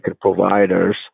providers